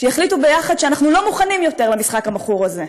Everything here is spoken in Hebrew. שיחליטו ביחד שאנחנו לא מוכנים יותר למשחק המכור הזה,